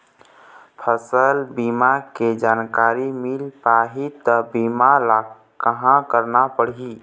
फसल बीमा के जानकारी मिल पाही ता बीमा ला कहां करना पढ़ी?